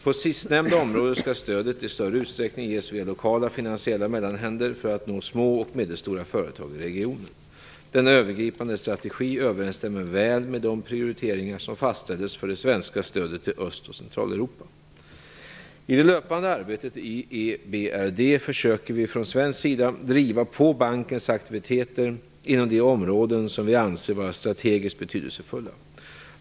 På sistnämnda område skall stödet i större utsträckning ges via lokala finansiella mellanhänder för att nå små och medelstora företag i regionen. Denna övergripande strategi överensstämmer väl med de prioriteringar som fastställts för det svenska stödet till Östoch Centraleuropa. I det löpande arbetet i EBRD försöker vi från svensk sida driva på bankens aktiviteter inom de områden som vi anser vara strategiskt betydelsefulla.